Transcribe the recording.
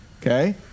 okay